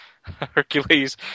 Hercules